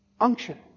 Unction